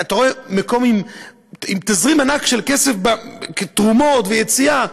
אתה רואה מקום עם תזרים ענק של כסף כתרומות ויציאה,